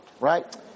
Right